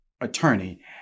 attorney